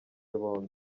bombi